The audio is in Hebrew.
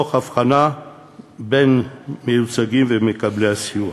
תוך הבחנה בין מיוצגים ומקבלי סיוע.